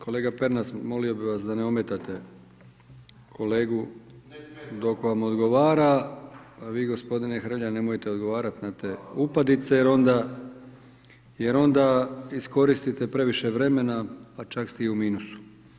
Kolega Pernar molio bih vas da ne ometate kolegu dok vam odgovara [[Upadica Pernar: Ne smetam.]] A vi kolega Hrelja nemojte odgovarati na te upadice jer onda iskoristite previše vremena a čak ste i u minusu.